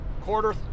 Quarter